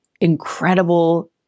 incredible